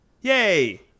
Yay